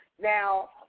now